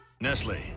Nestle